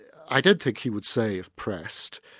i don't think he would say if pressed,